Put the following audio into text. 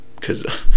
cause